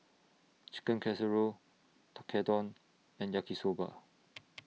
Chicken Casserole Tekkadon and Yaki Soba